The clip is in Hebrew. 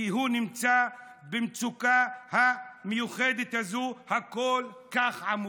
כי הוא נמצא במצוקה המיוחדת הזו, הכל-כך עמוקה:".